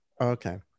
Okay